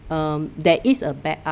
um there is a bad art